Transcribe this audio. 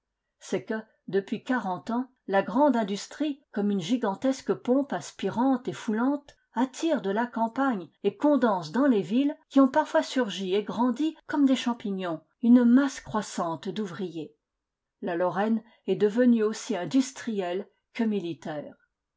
c'est que depuis quarante ans la grande industrie comme une gigantesque pompe aspirante et foulante attire de la campagne et condense dans les villes qui ont parfois surgi et grandi comme des champignons une masse croissante d'ouvriers la lorraine est devenue aussi industrielle que militaire